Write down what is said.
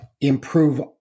improve